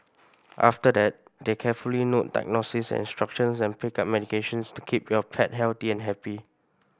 after that they carefully note diagnoses and instructions and pick up medications to keep your pet healthy and happy